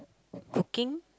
cooking